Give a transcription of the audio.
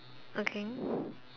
okay